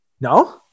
No